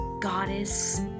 goddess